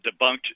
debunked